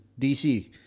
dc